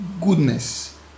goodness